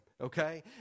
okay